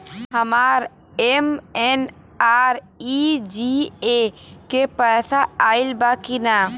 हमार एम.एन.आर.ई.जी.ए के पैसा आइल बा कि ना?